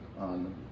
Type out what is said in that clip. on